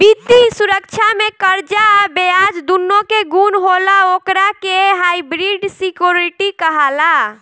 वित्तीय सुरक्षा में कर्जा आ ब्याज दूनो के गुण होला ओकरा के हाइब्रिड सिक्योरिटी कहाला